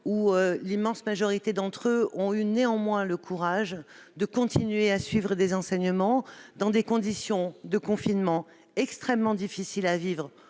L'immense majorité d'entre eux a eu néanmoins le courage de continuer à suivre des enseignements dans des conditions de confinement extrêmement difficiles à vivre